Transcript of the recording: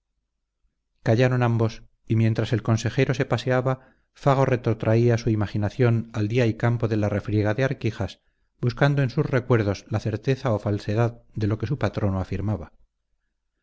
callaron ambos y mientras el consejero se paseaba fago retrotraía su imaginación al día y campo de la refriega de arquijas buscando en sus recuerdos la certeza o falsedad de lo que su patrono afirmaba